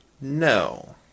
No